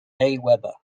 weber